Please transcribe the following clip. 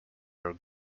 your